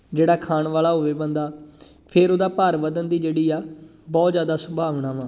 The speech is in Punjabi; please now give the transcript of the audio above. ਜਿਹੜਾ ਖਾਣ ਵਾਲਾ ਹੋਵੇ ਬੰਦਾ ਫਿਰ ਉਹਦਾ ਭਾਰ ਵਧਣ ਦੀ ਜਿਹੜੀ ਆ ਬਹੁਤ ਜ਼ਿਆਦਾ ਸੰਭਾਵਨਾ ਵਾ